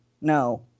No